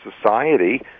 society